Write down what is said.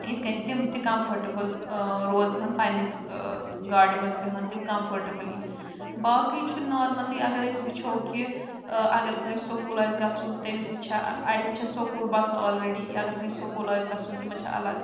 یِتھ کٔنۍ تِم تہِ کَمفٕٹِبٕل روزٕۂن پنٛنِس گاڑِ منٛز بِہَن تِم کَمفٕٹِبٕلی باقٕے چھُ نارمٔلی اَگر أسۍ وٕچھو کہِ اَگر کٲنٛسہِ سکوٗل آسہِ گژھُن تٔمِس تہِ چھےٚ اَڑٮ۪ن چھےٚ سکوٗل بَسہٕ آلرٔڈی اَگر کٲنٛسہِ سکوٗل آسہِ گژھُن تِمَن چھِ اَلَگ